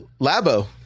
Labo